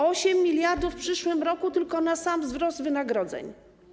8 mld w przyszłym roku tylko na sam wzrost wynagrodzeń.